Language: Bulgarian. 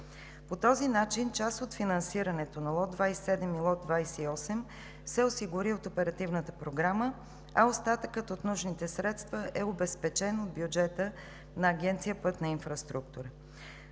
По този начин част от финансирането на лот 27 и лот 28 се осигури от Оперативната програма, а остатъкът от нужните средства е обезпечен от бюджета на Агенция „Пътна инфраструктура“.